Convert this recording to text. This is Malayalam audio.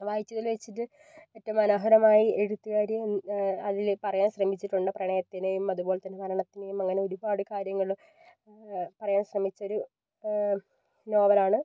വായിച്ചതില് വെച്ചിട്ട് ഏറ്റവും മനോഹരമായി എഴുത്തുകാരി അതില് പറയാൻ ശ്രമിച്ചിട്ടുണ്ട് പ്രണയത്തിനേയും അതുപോലെ തന്നെ മരണത്തിനേയും അങ്ങനെ ഒരുപാട് കാര്യങ്ങള് പറയാൻ ശ്രമിച്ചൊരു നോവലാണ്